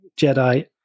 jedi